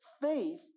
faith